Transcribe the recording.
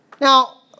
Now